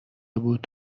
بود